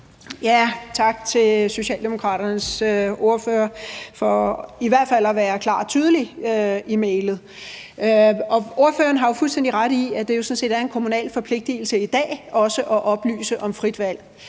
Tak til Socialdemokraternes ordfører for i hvert fald at være tydelig og klar i mælet. Ordføreren har fuldstændig ret i, at det jo sådan set er en kommunal forpligtelse i dag også at oplyse om frit valg.